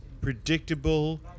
predictable